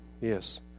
yes